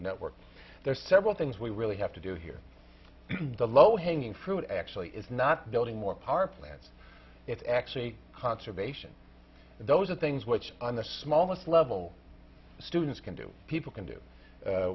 the network there are several things we really have to do here the low hanging fruit actually is not building more power plants it's actually a conservation and those are things which on the smallest level students can do people can do